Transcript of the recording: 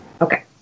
Okay